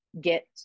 get